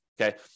Okay